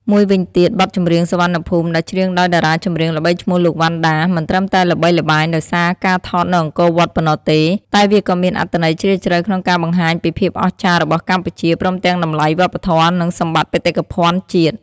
មួយវិញទៀតបទចម្រៀង "សុវណ្ណភូមិ " ដែលច្រៀងដោយតារាចម្រៀងល្បីឈ្មោះលោក វណ្ណដា មិនត្រឹមតែល្បីល្បាញដោយសារការថតនៅអង្គរវត្តប៉ុណ្ណោះទេ តែវាក៏មានអត្ថន័យជ្រាលជ្រៅក្នុងការបង្ហាញពីភាពអស្ចារ្យរបស់កម្ពុជា ព្រមទាំងតម្លៃវប្បធម៌ និងសម្បត្តិបេតិកភណ្ឌជាតិ។